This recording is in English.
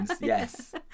yes